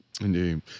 Indeed